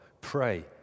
Pray